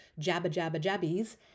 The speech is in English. jabba-jabba-jabbies